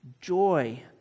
joy